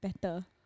better